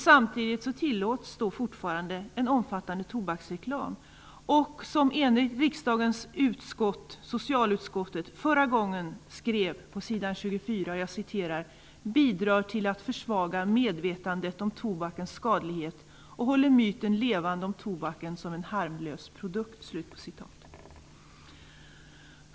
Samtidigt tillåts fortfarande en omfattande tobaksreklam som, enligt vad riksdagens socialutskott förra gången skrev, bidrar till att försvaga medvetandet om tobakens skadlighet och håller myten levande om tobaken som en harmlös produkt.